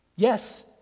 Yes